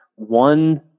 one